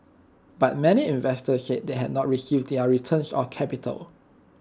but many investors said they have not received their returns or capital